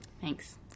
Thanks